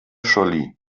scholli